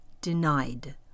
denied